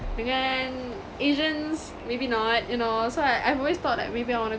dengan asians maybe not you know so I I've always thought like maybe I want to